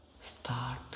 Start